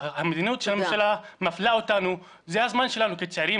המדיניות של הממשלה מפלה אותנו וזה הזמן שלנו כצעירים